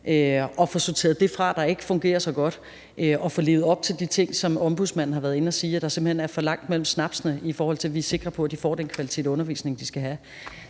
og få sorteret det fra, der ikke fungerer så godt, og få levet op til de ting, som ombudsmanden har været inde at sige, altså at der simpelt hen er for langt mellem snapsene, i forhold til om vi er sikre på, at de får den kvalitet og undervisning, som de skal have.